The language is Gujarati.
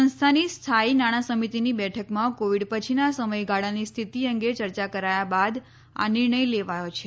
સંસ્થાની સ્થાયી નાણાં સમિતિની બેઠકમાં કોવિડ પછીના સમયગાળાની સ્થિતિ અંગે ચર્ચા કરાયા બાદ આ નિર્ણય લેવાયો છે